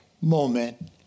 moment